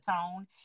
tone